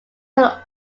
will